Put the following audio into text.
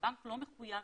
שהבנק לא מחויב